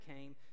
came